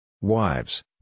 Wives